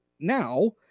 now